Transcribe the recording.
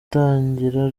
itangira